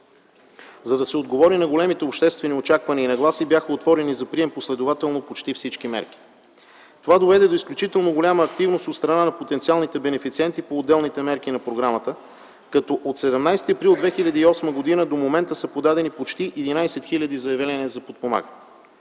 за да се отговори на големите обществени очаквания и нагласи, бяха отворени за прием последователно почти всички мерки. Това доведе до изключително голяма активност от страна на потенциалните бенефициенти по отделните мерки на програмата, като от 17 април 2008 г. до момента са подадени почти 11 хиляди заявления за подпомагане.